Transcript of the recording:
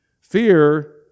Fear